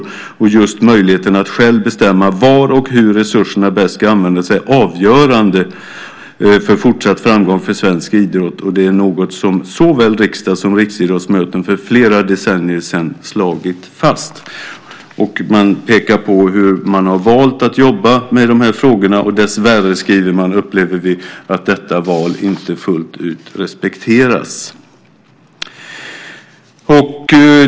Just möjligheten att själv bestämma var och hur resurserna bäst ska användas är avgörande för fortsatt framgång för svensk idrott, och det är något som såväl riksdag som riksidrottsmöten för flera decennier sedan slagit fast." Det pekas på hur man valt att jobba med de här frågorna. "Dessvärre", skriver man, "upplever vi att detta val inte fullt ut respekteras."